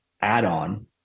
add-on